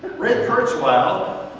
ray kurzweil